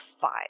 five